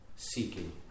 seeking